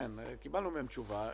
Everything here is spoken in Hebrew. קיבלנו מהם תשובה,